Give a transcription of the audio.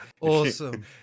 Awesome